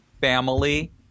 family